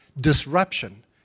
disruption